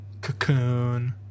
Cocoon